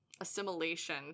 assimilation